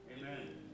Amen